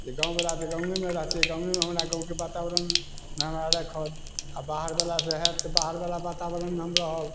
गाँव बला तऽ गाँवेमे रहतै गाँवेमे हमरा गाँवके बाताबरणमे हमरा राखत आ बाहर बला से होयत तऽ बाहर बला बाताबरणमे हम रहब